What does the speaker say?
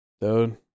Dude